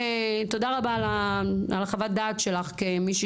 תודה רבה על חוות הדעת שלך כמישהי